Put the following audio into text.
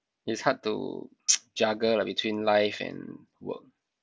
it's hard to juggle lah between life and work